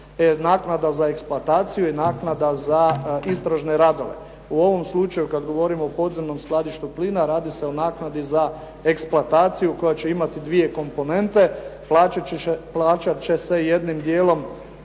Naknada za eksploataciju i naknada za istražne radove. U ovom slučaju kad govorimo o podzemnom skladištu plina radi se o naknadi za eksploataciju koja će imati dvije komponente. Plaćat će se jednim djelom